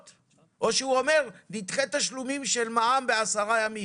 או שהוא אומר: "נדחה תשלומם של מע"מ בעשרה ימים".